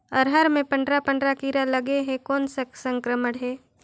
अरहर मे पंडरा पंडरा कीरा लगे हे कौन सा संक्रमण हे?